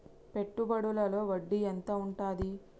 పెట్టుబడుల లో వడ్డీ ఎంత ఉంటది?